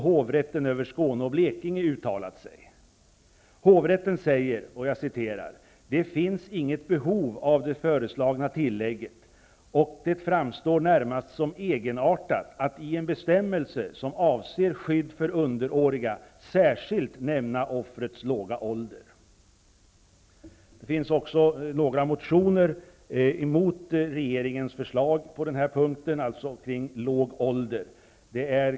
Hovrätten säger att ''det finns inget behov av det föreslagna tillägget och att det närmast framstår som egenartat att i en bestämmelse som avser skydd för underåriga särskilt nämna offrets låga ålder''. Det finns också några motioner i vilka man vänder sig emot regeringens förslag på den här punkten, dvs. ''låg ålder'' som rekvisit.